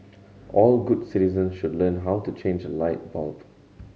all good citizen should learn how to change a light bulb